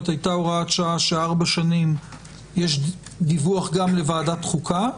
הייתה הוראת שעה ש-4 שנים יש דיווח גם לוועדת חוקה.